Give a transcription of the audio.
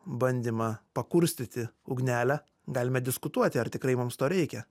bandymą pakurstyti ugnelę galime diskutuoti ar tikrai mums to reikia